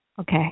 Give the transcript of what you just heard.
Okay